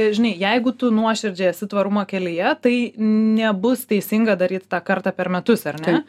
žinai jeigu tu nuoširdžiai esi tvarumo kelyje tai nebus teisinga daryt tą kartą per metus ar ne